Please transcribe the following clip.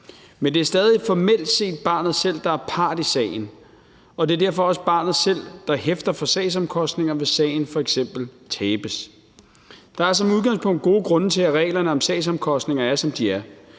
Men det er stadig formelt set barnet selv, der er part i sagen, og det er derfor også barnet selv, der hæfter for sagsomkostningerne, hvis sagen f.eks. tabes. Der er som udgangspunkt gode grunde til, at reglerne om sagsomkostninger er, som de er.